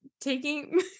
taking